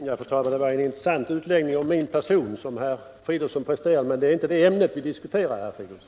Fru talman! Det var en intressant utläggning om min person som herr Fridolfsson presterade, men det är inte det ämnet vi diskuterar, herr Fridolfsson.